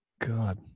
god